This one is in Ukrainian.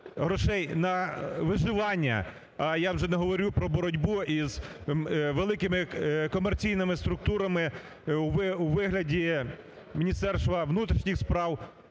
грошей на виживання, я вже не говорю про боротьбу із великими комерційними структурами у вигляді Міністерства внутрішніх справ,